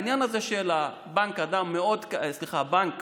העניין הזה של בנק הדם, סליחה, בנק